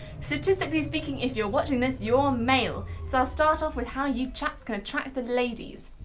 statistically speaking if you're watching this you're male, so i'll start off with how you chaps can attract the ladies.